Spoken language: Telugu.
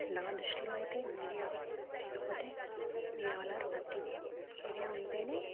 నా దృష్టిలో అయితే మీడియా లేకపోతే we all are nothing media ఉంటేనే